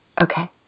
Okay